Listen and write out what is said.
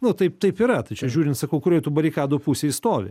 nu taip taip yra tai čia žiūrint sakau kurioj barikadų pusėje stovi